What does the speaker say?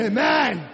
Amen